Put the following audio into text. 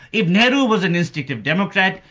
if nehru was an instinctive democrat,